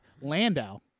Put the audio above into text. Landau